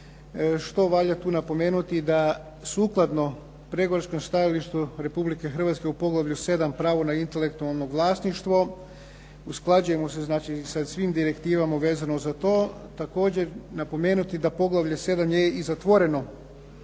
Što valja tu napomenuti? Da sukladno pregovaračkom stajalištu Republike Hrvatske u poglavlju 7 – Pravo na intelektualno vlasništvo. Usklađujemo se sa svim direktivama vezano za to. Također napomenuti da poglavlje 7 je i zatvoreno